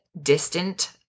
distant